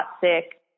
sick